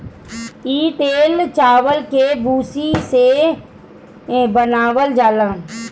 इ तेल चावल के भूसी से बनावल जाला